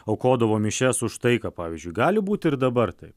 aukodavo mišias už taiką pavyzdžiui gali būti ir dabar taip